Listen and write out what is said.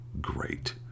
great